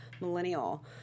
millennial